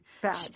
bad